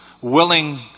willing